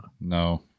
No